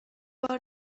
بار